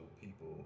people